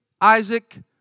Isaac